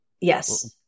Yes